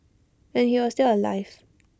and he was still alive